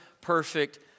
Perfect